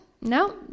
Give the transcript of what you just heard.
No